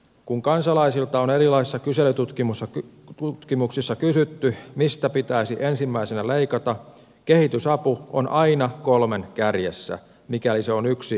kun kansalaisilta on erilaisissa kyselytutkimuksissa kysytty mistä pitäisi ensimmäisenä leikata kehitysapu on aina kolmen kärjessä mikäli se on yksi vastausvaihtoehdoista